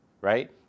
right